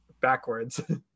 backwards